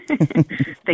Thank